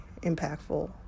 impactful